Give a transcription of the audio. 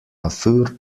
dafür